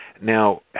Now